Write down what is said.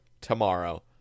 tomorrow